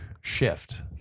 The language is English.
shift